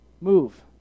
Move